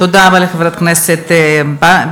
תודה רבה לחברת הכנסת ברקו.